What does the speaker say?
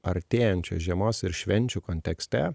artėjančios žiemos ir švenčių kontekste